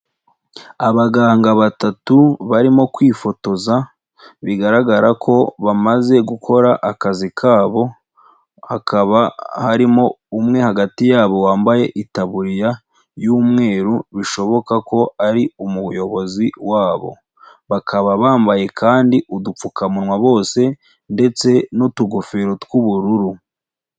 Abaganga batatu barimo kwifotoza, bigaragara ko bamaze gukora akazi kabo, hakaba harimo umwe hagati yabo wambaye itaburiya y'umweru bishoboka ko ari umuyobozi wabo, bakaba bambaye kandi udupfukamunwa bose ndetse n'utugofero tw'ubururu.